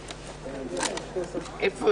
אותו.